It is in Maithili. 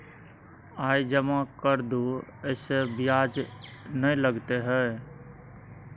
आय जमा कर दू ऐसे ब्याज ने लगतै है?